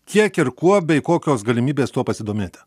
kiek ir kuo bei kokios galimybės tuo pasidomėti